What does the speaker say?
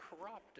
corrupt